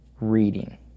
Reading